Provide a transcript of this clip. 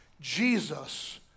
Jesus